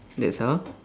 that's all